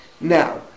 Now